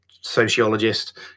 sociologist